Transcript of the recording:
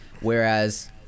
whereas